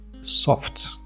soft